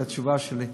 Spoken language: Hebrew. זאת התשובה שלי.